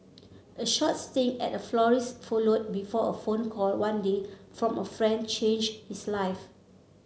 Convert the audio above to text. a short stint at a florist followed before a phone call one day from a friend changed his life